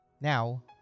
Now